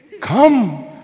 Come